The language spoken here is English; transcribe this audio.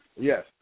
yes